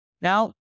Now